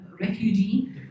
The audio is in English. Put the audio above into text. refugee